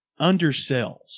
undersells